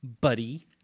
buddy